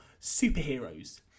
superheroes